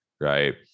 right